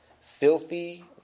filthy